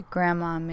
Grandma